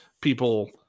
people